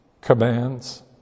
commands